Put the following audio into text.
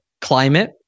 climate